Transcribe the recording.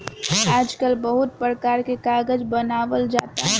आजकल बहुते परकार के कागज बनावल जाता